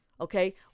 okay